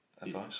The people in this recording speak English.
advice